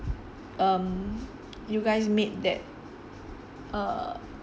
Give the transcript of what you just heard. um you guys made that uh